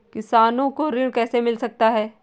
किसानों को ऋण कैसे मिल सकता है?